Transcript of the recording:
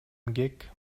эмгек